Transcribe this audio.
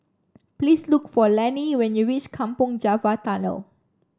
please look for Lani when you reach Kampong Java Tunnel